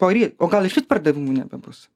poryt o gal išvis pardavimų nebebus